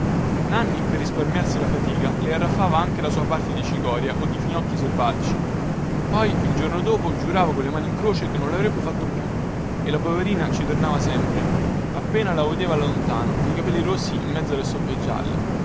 nanni per risparmiarsi la fatica le arraffava anche la sua parte di cicoria o di finocchi selvatici poi il giorno dopo giurava colle mani in croce che non lavrebbe fatto più e la poverina ci tornava sempre appena lo vedeva da lontano coi capelli rossi in mezzo alle stoppie gialle